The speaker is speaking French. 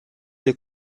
les